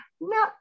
No